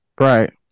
Right